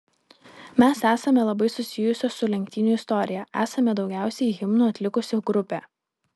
mes esame labai susijusios su lenktynių istorija esame daugiausiai himnų atlikusi grupė